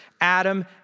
Adam